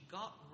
got